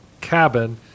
cabin